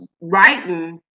writing